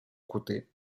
côté